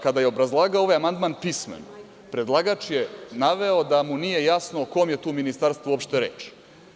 Kada je obrazlagao ovaj amandman pismeno predlagač je naveo da mu nije jasno o kom je tu ministarstvu uopšte reč.